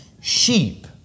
sheep